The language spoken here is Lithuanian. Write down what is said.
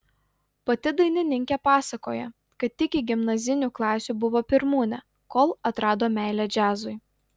pati dainininkė pasakoja kad iki gimnazinių klasių buvo pirmūnė kol atrado meilę džiazui